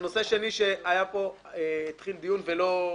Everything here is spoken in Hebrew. נושא שני שהתחיל בו דיון והפסקנו,